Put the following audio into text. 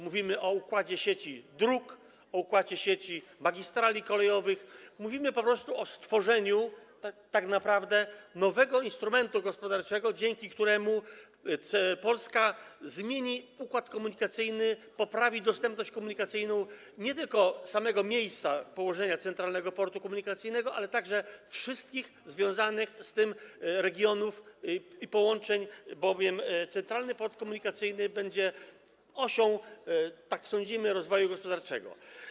Mówimy o układzie sieci dróg, o układzie sieci magistrali kolejowych, mówimy po prostu o stworzeniu tak naprawdę nowego instrumentu gospodarczego, dzięki któremu Polska zmieni układ komunikacyjny, gdyż poprawi się dostępność komunikacyjną nie tylko samego miejsca położenia Centralnego Portu Komunikacyjnego, ale także wszystkich związanych z nim regionów i połączeń, bowiem Centralny Port Komunikacyjny będzie osią - tak sądzimy - rozwoju gospodarczego.